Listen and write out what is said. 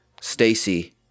Stacy